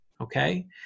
Okay